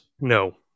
No